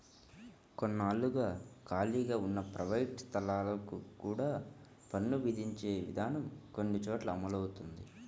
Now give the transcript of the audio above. కొన్నాళ్లుగా ఖాళీగా ఉన్న ప్రైవేట్ స్థలాలకు కూడా పన్నులు విధించే విధానం కొన్ని చోట్ల అమలవుతోంది